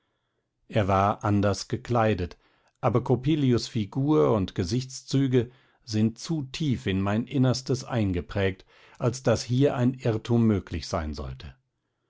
er war anders gekleidet aber coppelius figur und gesichtszüge sind zu tief in mein innerstes eingeprägt als daß hier ein irrtum möglich sein sollte